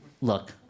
Look